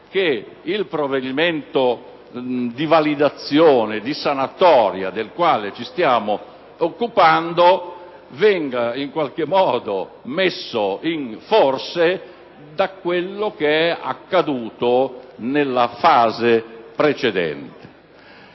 che il provvedimento di validazione e di sanatoria del quale ci stiamo occupando venga in qualche modo messo in forse da quanto è accaduto nella fase precedente.